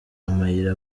amayira